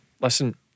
listen